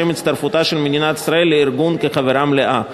לשם הצטרפותה של מדינת ישראל לארגון כחברה מלאה.